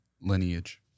Lineage